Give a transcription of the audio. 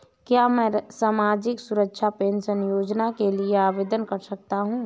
क्या मैं सामाजिक सुरक्षा पेंशन योजना के लिए आवेदन कर सकता हूँ?